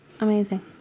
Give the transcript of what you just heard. amazing